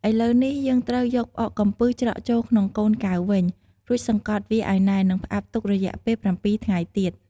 ឥឡូវនេះ យើងត្រូវយកផ្អកកំពឹសច្រកចូលក្នុងកូនកែវវិញ រួចសង្កត់វាឱ្យណែន និងផ្អាប់ទុករយៈពេល៧ថ្ងៃទៀត។